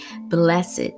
Blessed